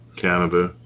Canada